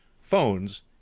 phones